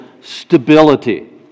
stability